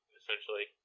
essentially